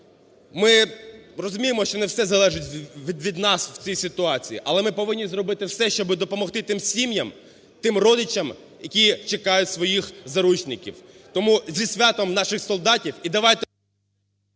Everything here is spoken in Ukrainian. ми розуміємо, що не все залежить від нас в цій ситуації, але ми повинні зробити все, щоби допомогти тим сім'ям, тим родичам, які чекають своїх заручників. Тому зі святом наших солдатів і давайте…